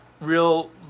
real